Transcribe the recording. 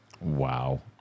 wow